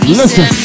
listen